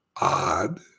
odd